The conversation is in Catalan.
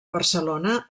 barcelona